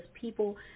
people